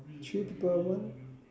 three people one